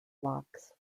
flocks